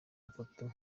atatu